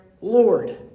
Lord